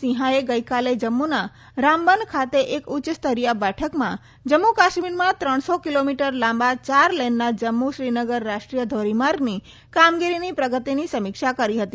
સિંહાએ ગઈકાલે જમ્મુના રામબન ખાતે એક ઉચ્ચ સ્તરીય બેઠકમાં જમ્મુ કાશ્મીરમાં ત્રણસો કીલોમીટર લાંબા ચાર લેનના જમ્મુે શ્રીનગર રાષ્ટ્રીય ધોરીમાર્ગની કામગીરીમાં પ્રગતિની સમીક્ષા કરી હતી